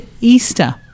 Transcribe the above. Easter